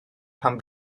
pan